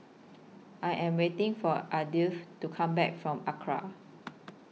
I Am waiting For Ardith to Come Back from Acra